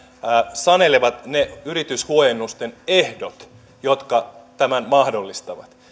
sanelevat ne yrityshuojennusten ehdot jotka tämän mahdollistavat